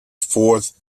fourth